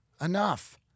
Enough